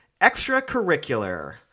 Extracurricular